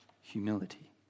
humility